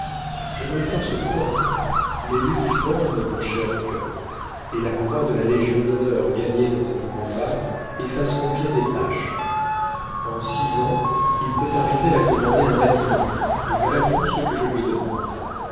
je ne le force point mais l'uniforme mon cher cœur et la croix de la légion-d'honneur gagnée dans un combat effaceront bien des taches en six ans il peut arriver à commander un bâtiment et voilà tout ce que je lui demande